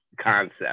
concept